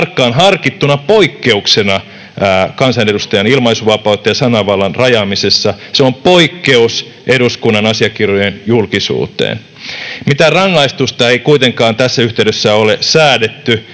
tarkkaan harkittuna poikkeuksena kansanedustajan ilmaisuvapauteen sananvallan rajaamisessa. Se on poikkeus eduskunnan asiakirjojen julkisuuteen. Mitään rangaistusta ei kuitenkaan tässä yhteydessä ole säädetty.